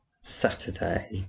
Saturday